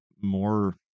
more